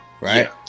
right